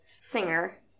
singer